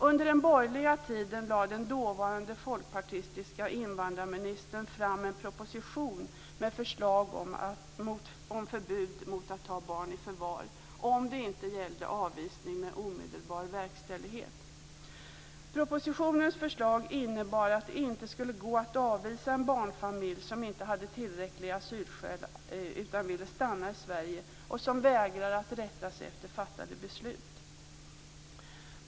Under den borgerliga tiden lade den dåvarande folkpartistiska invandrarministern fram en proposition med förslag om förbud mot att ta barn i förvar om det inte gällde avvisning med omedelbar verkställighet. Propositionens förslag innebar att det inte skulle gå att avvisa en barnfamilj som inte hade tillräckliga asylskäl utan ville stanna i Sverige och som vägrar rätta sig efter fattade beslut.